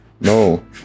No